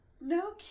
no